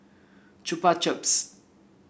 Chupa Chups